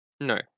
No